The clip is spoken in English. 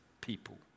people